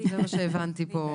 זה מה שהבנתי פה